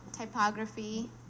Typography